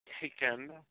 taken